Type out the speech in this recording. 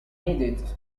needed